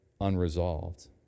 unresolved